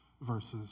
verses